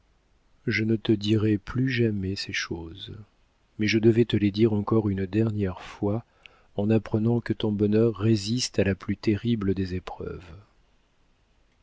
je ne te dirai plus jamais ces choses mais je devais te les dire encore une dernière fois en apprenant que ton bonheur résiste à la plus terrible des épreuves